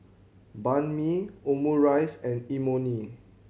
Banh Mi Omurice and Imoni